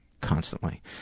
constantly